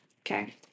Okay